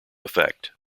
effect